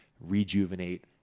rejuvenate